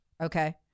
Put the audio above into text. Okay